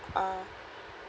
uh